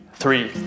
three